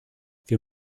wir